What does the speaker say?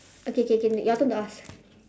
okay K K your turn to ask